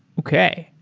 okay.